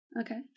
Okay